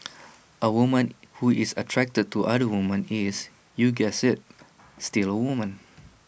A woman who is attracted to other women he is you guessed IT still A woman